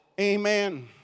Amen